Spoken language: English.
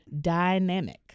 Dynamic